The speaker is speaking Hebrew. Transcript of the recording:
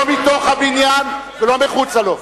לא מתוך הבניין ולא מחוצה לו.